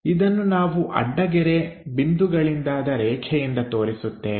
ಇದನ್ನು ನಾವು ಅಡ್ಡಗೆರೆ ಬಿಂದು ಗಳಿಂದಾದ ರೇಖೆಯಿಂದ ತೋರಿಸುತ್ತೇವೆ